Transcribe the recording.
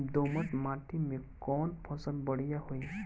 दोमट माटी में कौन फसल बढ़ीया होई?